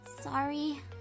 sorry